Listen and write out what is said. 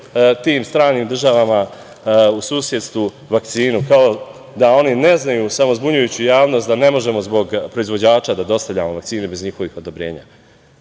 tim stranim državama, u susedstvu, vakcinu, kao da oni ne znaju, samo zbunjujući javnost, da ne možemo zbog proizvođača da dostavljamo vakcinu, bez njihovih odobrenja. Šta